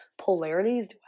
Polarities